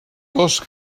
dos